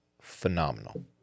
phenomenal